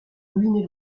ruiné